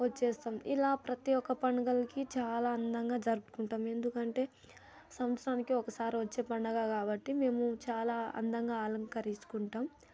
వచ్చేస్తాం ఇలా ప్రతి యొక్క పండుగలకి చాలా అందంగా జరుపుకుంటాం ఎందుకంటే సంత్సరానికి ఒకసారి వచ్చే పండగ కాబట్టి మేము చాలా అందంగా అలంకరించుకుంటాం